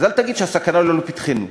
אז אל תגיד שהסכנה אינה לפתחנו.